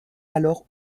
alors